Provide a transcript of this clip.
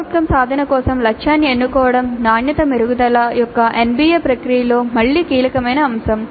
CO సాధన కోసం లక్ష్యాన్ని ఎన్నుకోవడం నాణ్యత మెరుగుదల యొక్క NBA ప్రక్రియలో మళ్ళీ కీలకమైన అంశం